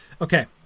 Okay